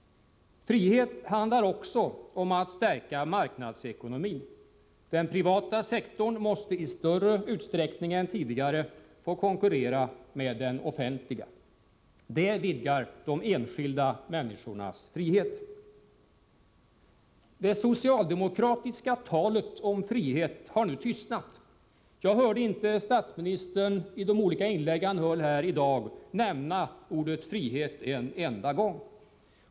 Frihet handlar också om att stärka marknadsekonomin. Den privata sektorn måste i större utsträckning än tidigare få konkurrera med den offentliga. Det vidgar de enskilda människornas frihet. Det socialdemokratiska talet om frihet har nu tystnat. Jag hörde inte statsministern — i de olika inlägg han höll här i dag — nämna ordet frihet en enda gång.